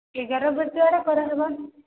ଏଗାର ବଜେ ଆଡ଼େ କରା ହେବ